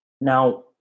Now